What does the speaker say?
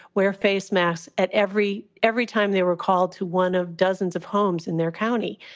wear face masks at every every time they were called to one of dozens of homes in their county.